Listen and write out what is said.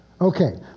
Okay